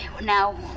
now